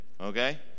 okay